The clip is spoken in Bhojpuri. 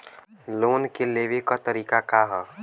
लोन के लेवे क तरीका का ह?